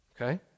okay